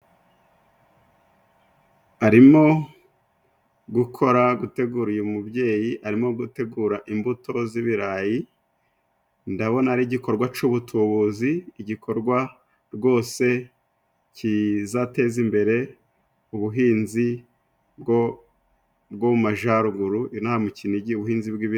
Arimo gukora, gutegura uyu mubyeyi, arimo gutegura imbuto z'ibirayi, ndabona ari ibikorwa c'ubutubuzi, ibikorwa rwose kizateza imbere ubuhinzi bwo mu majaruguru, inaha mu Kinigi ubuhinzi bw'ibirayi.